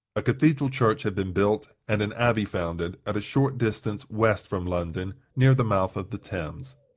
a cathedral church had been built, and an abbey founded, at a short distance west from london, near the mouth of the thames.